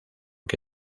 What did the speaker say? que